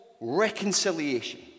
reconciliation